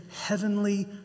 heavenly